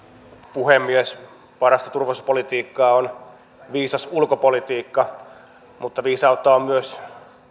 puhemies parasta turvallisuuspolitiikkaa on viisas ulkopolitiikka mutta viisautta on myös